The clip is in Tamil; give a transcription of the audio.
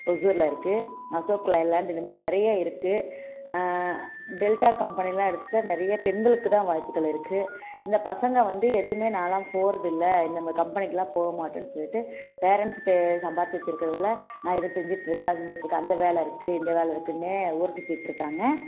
ஓசூரில் இருக்குது அசோக் லைலாண்ட் இதுமாதிரி நிறைய இருக்குது டெல்டா கம்பனிலாம் எடுத்துட்டால் நிறைய பெண்களுக்குத்தான் வாய்ப்புகள் இருக்குது இந்த பசங்க வந்து எதுவுமே நான்லாம் போகிறது இல்லை இந்தமாதிரி கம்பனிக்கெல்லாம் போக மாட்டேன்னு சொல்லிவிட்டு பேரன்ட்ஸ் சம்பாதிச்சி வெச்சிருக்குறதுல நான் இதை செஞ்சுட்டு இருக்கேன் அதை செஞ்சுட்டு இருக்கேன் அந்த வேலை இருக்குது இந்த வேலை இருக்குதுன்னே ஊரை சுத்திட்டு இருக்காங்க